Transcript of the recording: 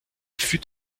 fut